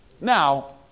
Now